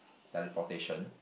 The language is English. teleportation